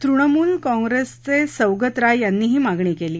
तृणमूल काँग्रेसचे सौगत राय यांनीही मागणी केली